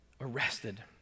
arrested